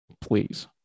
please